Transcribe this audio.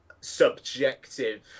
subjective